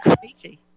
crazy